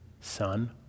son